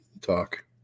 talk